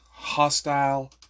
hostile